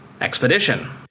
expedition